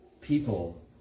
people